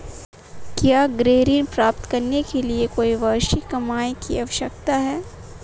क्या गृह ऋण प्राप्त करने के लिए कोई वार्षिक कमाई की आवश्यकता है?